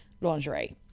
lingerie